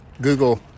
Google